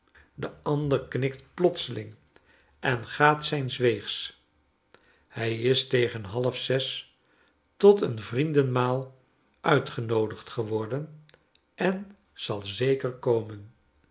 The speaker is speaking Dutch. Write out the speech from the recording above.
de ander knikt plotseling en gaat zijns weegs hij is tegen half zes tot een vriendenmaal uitgenoodigd geworden en zal zeker komen